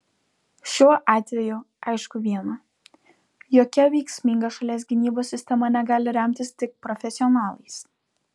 šiuo atveju aišku viena jokia veiksminga šalies gynybos sistema negali remtis tik profesionalais